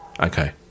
Okay